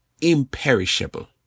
imperishable